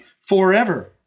forever